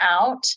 out